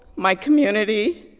my community,